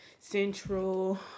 central